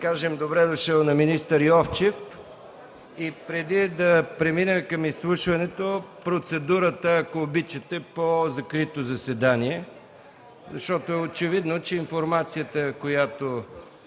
кажем „Добре дошъл!” на министър Йовчев. Преди да преминем към изслушването, процедура по закрито заседание, защото очевидно, че информацията, която